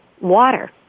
water